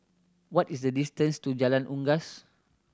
what is the distance to Jalan Unggas